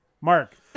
Mark